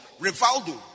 Rivaldo